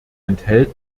enthält